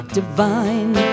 divine